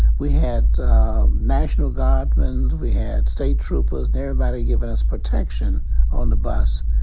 we had national guardsmen. we had state troopers. everybody giving us protection on the bus.